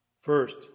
First